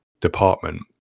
department